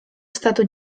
estatu